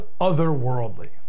otherworldly